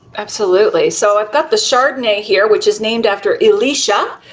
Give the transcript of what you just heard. absolutely. so i've got the chardonnay here which is named after elisha.